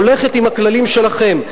הולכת עם הכללים שלכם,